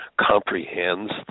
comprehends